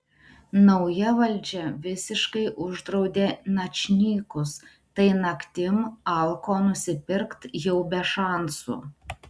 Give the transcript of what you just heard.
nauja valdžia visiškai uždraudė načnykus tai naktim alko nusipirkt jau be šansų